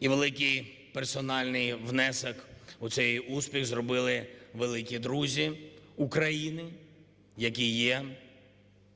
І великий персональний внесок у цей успіх зробили великі друзі України, які є,